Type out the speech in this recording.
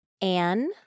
Anne